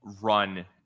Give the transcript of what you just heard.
run